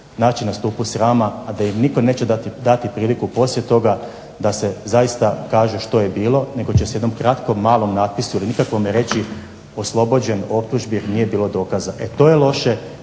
naći na stupu srama, a da im nitko neće dati priliku poslije toga da se zaista kaže što je bilo nego će se u jednom kratkom, malom napisu …/Ne razumije se./… reći oslobođen optužbi jer nije bilo dokaza. E to je loše